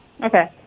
Okay